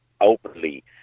openly